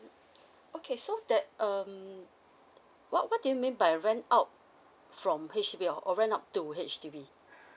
okay so that um what what do you mean by rent out from H_D_B or rent out to H_D_B